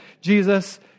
Jesus